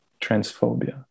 transphobia